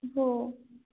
हो